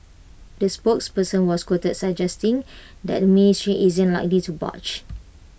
the spokesperson was quoted suggesting that ministry isn't likely to budge